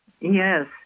Yes